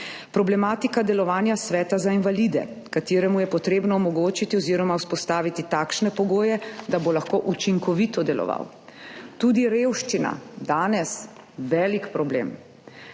Problematika delovanja Sveta za invalide, ki mu je potrebno omogočiti oziroma vzpostaviti takšne pogoje, da bo lahko učinkovito deloval. Tudi revščina – danes velik problem.